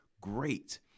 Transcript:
great